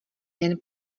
jen